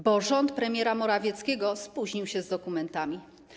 Bo rząd premiera Morawieckiego spóźnił się z dokumentami.